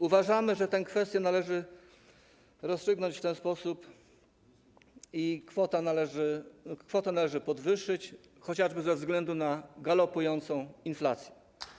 Uważamy, że tę kwestię należy rozstrzygnąć w ten sposób i kwotę należy podwyższyć chociażby ze względu na galopującą inflację.